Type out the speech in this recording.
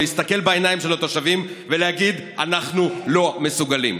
להסתכל בעיניים של התושבים ולהגיד: אנחנו לא מסוגלים.